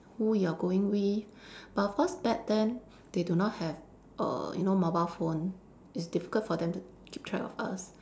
who you are going with but of course back then they do not have err you know mobile phone it's difficult for them to keep track of us